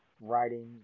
writing